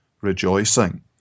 rejoicing